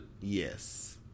Yes